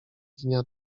dnia